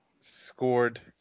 scored